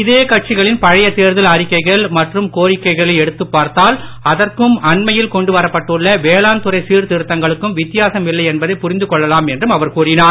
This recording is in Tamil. இதே கட்சிகளின் பழைய தேர்தல் அறிக்கைகள் மற்றும் கோரிக்கைகளை எடுத்துப் பார்த்தால் அதற்கும் அண்மையில் கொண்டு வரப்பட்டுள்ள வேளாண்குறை சீர்திருத்தங்களுக்கும் வித்தியாசம் இல்லை என்பதை புரிந்து கொள்ளலாம் என்று அவர் கூறினார்